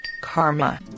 karma